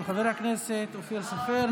של חבר הכנסת אופיר סופר.